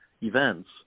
events